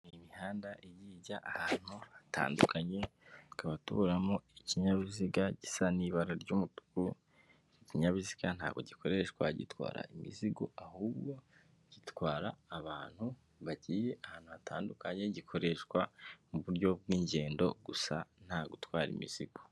Imihanda igiye ijya ahantu hatandukanye, tukaba tubonamo ikinyabiziga gisa n'ibara ry'umutuku, ikinyabiziga ntabwo gikoreshwa gitwara imizigo, ahubwo gitwara abantu bagiye ahantu hatandukanye, gikoreshwa mu buryo bw'ingendo gusa nta gutwara imizigo.